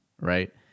right